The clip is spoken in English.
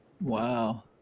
Wow